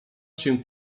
się